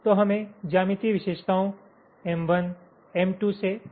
तो हमें ज्यामितीय विशेषताओं M1 M2 से Mn तक का एक सेट दिया गया है